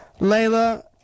Layla